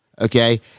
okay